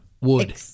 wood